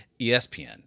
ESPN